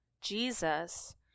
Jesus